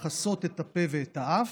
לכסות את הפה ואת האף,